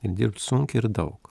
ir dirbt sunkiai ir daug